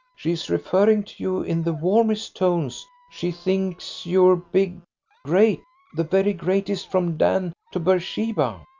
she is referring to you in the warmest tones she thinks you're big great the very greatest from dan to beersheba. ah